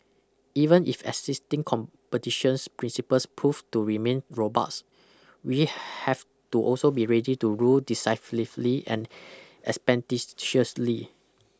even if existing competitions principles prove to remain robust we have to also be ready to rule decisively and expeditiously